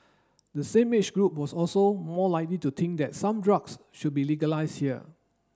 the same age group was also more likely to think that some drugs should be legalised here